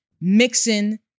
mixing